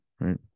right